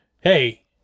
Hey